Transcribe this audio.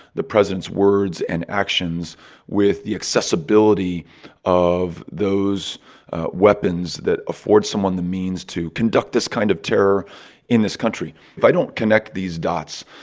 the president's words and actions with the accessibility of those weapons that affords someone the means to conduct this kind of terror in this country. if i don't connect these dots,